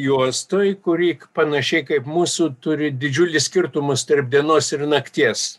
juostoj kuri panašiai kaip mūsų turi didžiulį skirtumus tarp dienos ir nakties